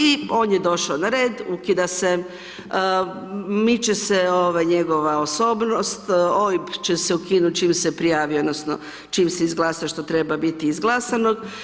I on je došao na red, ukida se, miče se ovaj njegova osobnost, OIB će se ukinuti čim se prijavi odnosno čim se izglasa, što treba biti izglasano.